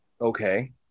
okay